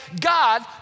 God